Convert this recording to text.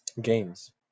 games